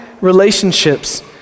relationships